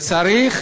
וצריך